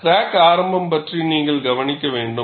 crack ஆரம்பம் பற்றி நீங்கள் கவனிக்க வேண்டும்